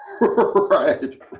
Right